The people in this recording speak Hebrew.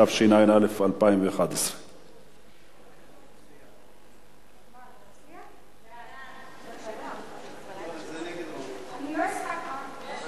התשע"א 2011. ההצעה להעביר את הצעת חוק הספורט (תיקון,